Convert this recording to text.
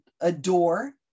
adore